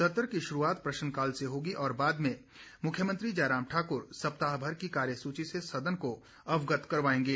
सत्र की शुरूआत प्रश्नकाल से होगी और बाद में मुख्यमंत्री जयराम ठाक्र सप्ताह भर की कार्यसूची से सदन को अवगत करवाएंगे